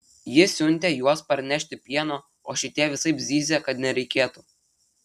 ji siuntė juos parnešti pieno o šitie visaip zyzė kad nereikėtų